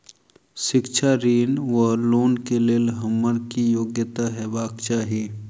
शिक्षा ऋण वा लोन केँ लेल हम्मर की योग्यता हेबाक चाहि?